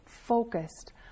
Focused